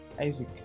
Isaac